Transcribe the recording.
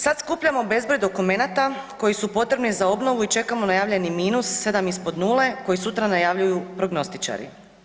Sad skupljamo bezbroj dokumenata koji su potrebni za obnovu i čekamo najavljeni minus, 7 ispod nule koji sutra najavljuju prognostičari.